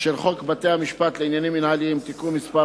של חוק בתי-משפט לעניינים מינהליים (תיקון מס'